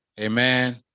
Amen